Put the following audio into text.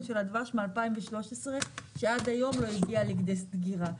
מ-2013 שלא הגיע לידי סגירה.